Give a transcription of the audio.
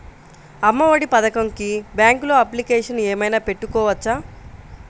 అమ్మ ఒడి పథకంకి బ్యాంకులో అప్లికేషన్ ఏమైనా పెట్టుకోవచ్చా?